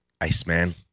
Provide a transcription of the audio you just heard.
Iceman